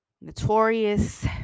notorious